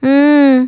mm